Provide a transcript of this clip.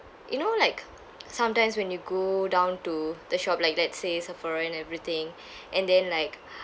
you know like sometimes when you go down to the shop like let's say sephora and everything and then like